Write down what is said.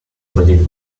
project